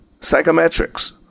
psychometrics